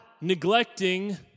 neglecting